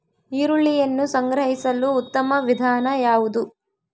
ಈರುಳ್ಳಿಯನ್ನು ಸಂಗ್ರಹಿಸಲು ಉತ್ತಮ ವಿಧಾನ ಯಾವುದು?